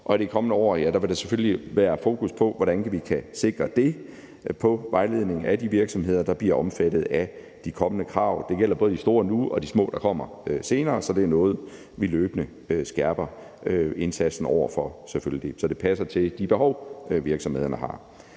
og i de kommende år vil der selvfølgelig være fokus på, hvordan vi kan sikre det i vejledningen af de virksomheder, der bliver omfattet af de kommende krav. Det gælder både de store nu og de små, der kommer senere, så det er selvfølgelig noget, vi løbende skærper indsatsen over for, så det passer til de behov, virksomhederne har.